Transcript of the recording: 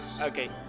Okay